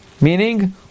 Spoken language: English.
Meaning